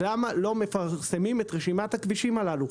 למה לא מפרסמים את רשימת הכבישים הללו?